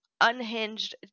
unhinged